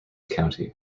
county